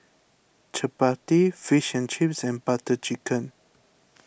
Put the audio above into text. Chapati Fish and Chips and Butter Chicken